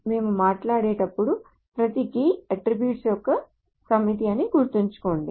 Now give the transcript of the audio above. మేము మాట్లాడేటప్పుడు ప్రతి కీ అట్ట్రిబ్యూట్స్ యొక్క సమితి అని గుర్తుంచుకోండి